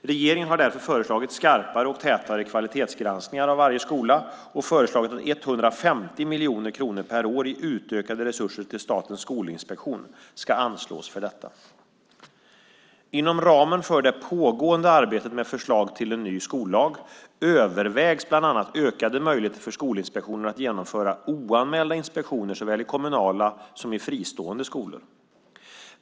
Regeringen har därför föreslagit skarpare och tätare kvalitetsgranskningar av varje skola och föreslagit att 150 miljoner kronor per år i utökade resurser till Statens skolinspektion ska anslås för detta. Inom ramen för det pågående arbetet med förslag till en ny skollag övervägs bland annat ökade möjligheter för Skolinspektionen att genomföra oanmälda inspektioner i såväl kommunala som fristående skolor.